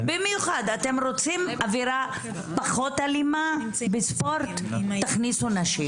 אם אתם רוצים אווירה פחות אלימה בספורט אז תכניסו נשים.